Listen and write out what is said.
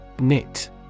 Knit